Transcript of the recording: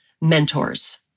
mentors